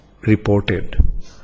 reported